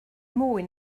mwy